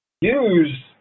Use